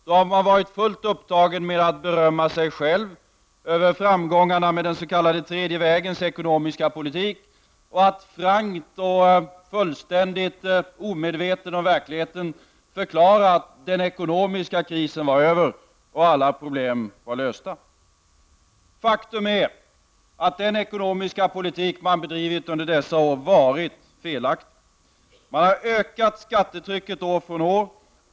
Då har man varit fullt upptagen med att berömma sig själv för framgångarna med den s.k. tredje vägens ekonomiska politik och med att frankt och fullständigt omedveten om verkligheten förklara att den ekonomiska krisen var över och alla problem lösta. Faktum är att den ekonomiska politik som socialdemokraterna har bedrivit under dessa år har varit felaktig. Man har ökat skattetrycket år från år.